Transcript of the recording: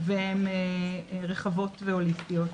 והן רחבות והוליסטיות.